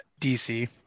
DC